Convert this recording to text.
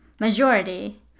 majority